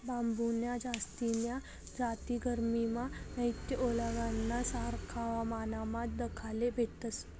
बांबून्या जास्तीन्या जाती गरमीमा नैते ओलावाना सारखा हवामानमा दखाले भेटतस